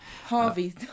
Harvey